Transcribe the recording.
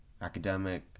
academic